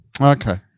Okay